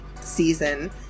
season